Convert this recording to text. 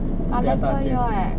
but lesser year eh